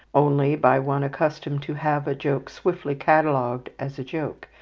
only by one accustomed to have a joke swiftly catalogued as a joke,